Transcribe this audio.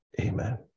Amen